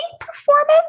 performance